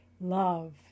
love